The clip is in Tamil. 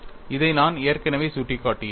இதை நான் ஏற்கனவே சுட்டிக்காட்டியிருந்தேன்